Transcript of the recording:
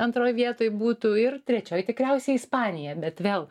antroj vietoj būtų ir trečioj tikriausiai ispanija bet vėl